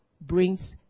brings